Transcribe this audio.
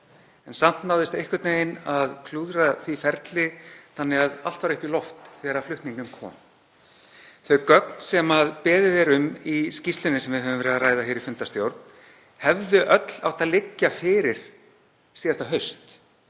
en samt náðist einhvern veginn að klúðra því ferli þannig að allt var upp í loft þegar að flutningnum kom. Þau gögn sem beðið er um í skýrslubeiðninni, sem við höfum verið að ræða hér í fundarstjórn, hefðu öll átt að liggja fyrir síðasta haust.